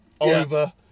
over